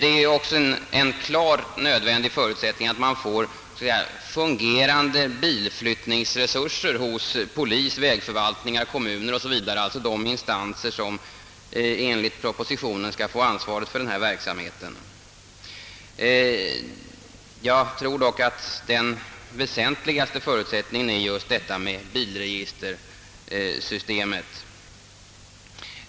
En annan nödvändig förutsättning är att man får så att säga fungerande bilflyttningsresurser hos polisoch vägförvaltningsmyndigheter, kommuner 0. s. v., alltså hos sådana instanser som enligt propositionen skall få ansvaret för denna verksamhet. Jag tror dock att den väsentligaste förutsättningen är en ändring av bilregistreringssystemet.